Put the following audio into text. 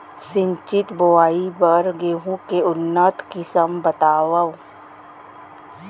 सिंचित बोआई बर गेहूँ के उन्नत किसिम बतावव?